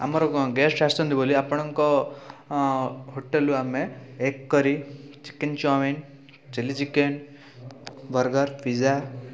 ଆମର କ'ଣ ଗେଷ୍ଟ ଆସିଛନ୍ତି ବୋଲି ଆପଣଙ୍କ ହୋଟେଲ୍ରୁ ଆମେ ଏଗ୍ କରି chicken chow mein chilli chicken burger pizza